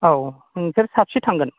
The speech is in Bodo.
औ नोंसोर साबैसे थांगोन